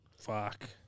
fuck